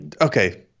okay